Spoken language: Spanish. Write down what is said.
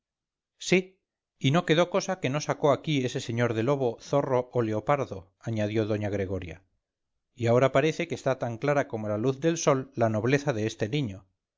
sí y no quedó cosa que no sacó aquí ese sr de lobo zorro o leopardo añadió doña gregoria y ahora parece que está tan clara como la luz del sol la nobleza de este niño